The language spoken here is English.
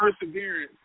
perseverance